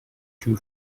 two